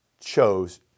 chose